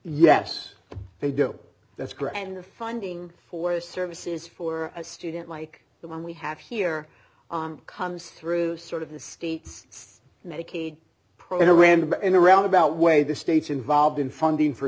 yes they do that's great and the funding for services for a student like the one we have here comes through sort of the state's medicaid program in a roundabout way the states involved in funding for